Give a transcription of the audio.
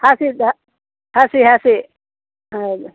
ಹಸೀದು ಹಸಿ ಹಸಿ ಹೌದು